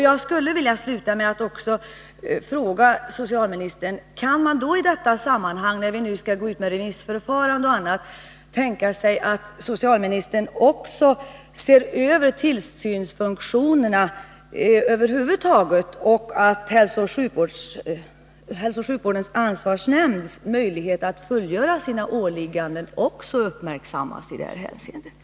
Jag vill sluta med att fråga socialminstern: Kan man i samband med remissförfarande m.m. tänka sig att socialministern också ser över tillsynsfunktionerna över huvud taget och att hälsooch sjukvårdens ansvarsnämnds möjlighet att fullgöra sina åligganden i detta hänseende också uppmärksammas?